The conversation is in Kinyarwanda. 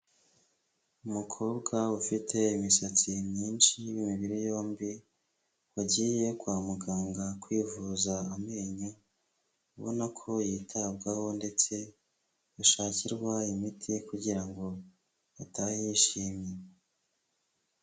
Umukobwa ufite imisatsi myinshi w'imibiri yombi, wagiye kwa muganga kwivuza amenyo, ubona ko yitabwaho ndetse bashakirwa imiti kugira ngo atahe yishimye.